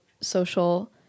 social